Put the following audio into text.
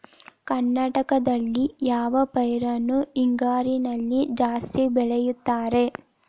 ಕರ್ನಾಟಕದಲ್ಲಿ ಯಾವ ಪೈರನ್ನು ಹಿಂಗಾರಿನಲ್ಲಿ ಜಾಸ್ತಿ ಬೆಳೆಯುತ್ತಾರೆ?